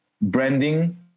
branding